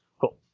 Cool